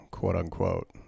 quote-unquote